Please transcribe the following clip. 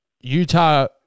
Utah